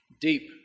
deep